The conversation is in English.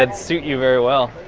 and suit you very well.